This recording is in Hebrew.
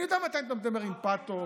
אני יודע מתי אתה מרים פתוס,